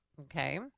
Okay